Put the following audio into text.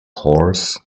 horse